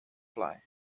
fly